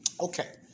Okay